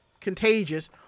contagious